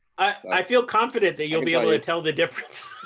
and i feel confident that you'll be able to tell the difference.